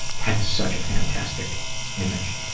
that is such a fantastic image.